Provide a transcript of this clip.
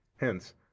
Hence